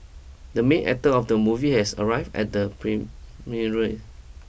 the main actor of the movie has arrived at the premiere